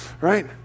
right